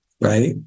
right